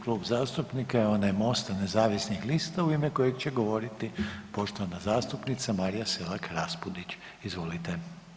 klub zastupnika je onaj Mosta nezavisnih lista u ime kojeg će govoriti poštovana zastupnica Marija Selak Raspudić, izvolite.